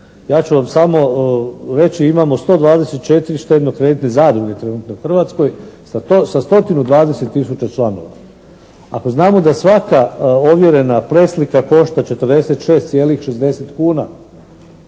Ja ću vam samo reći imamo 124 štedno-kreditne zadruge trenutno u Hrvatskoj sa 124000 članova. Ako znamo da svaka ovjerena preslika košta 46,60 kuna